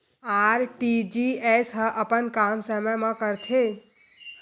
RTGS ह अपन काम समय मा करथे?